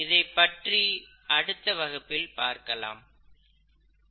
இதைப் பற்றி அடுத்த வகுப்பில் பார்க்கலாம்